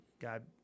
God